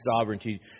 sovereignty